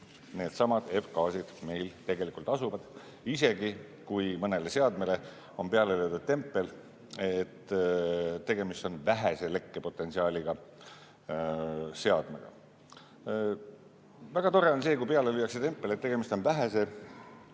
needsamad F‑gaasid meil tegelikult asuvad, isegi kui mõnele seadmele on peale löödud tempel, et tegemist on vähese lekkepotentsiaaliga seadmega. Väga tore on see, kui peale lüüakse tempel, et tegemist on vähese